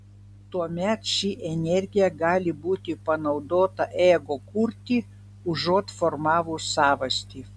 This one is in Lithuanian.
tuomet ši energija gali būti panaudota ego kurti užuot formavus savastį